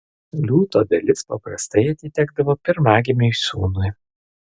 liūto dalis paprastai atitekdavo pirmagimiui sūnui